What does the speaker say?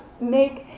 make